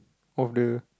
of the